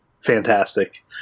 fantastic